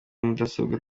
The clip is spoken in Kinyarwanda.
mudasobwa